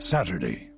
Saturday